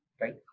right